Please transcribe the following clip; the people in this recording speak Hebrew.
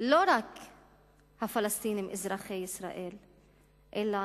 רק של הפלסטינים אזרחי ישראל אלא,